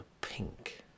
pink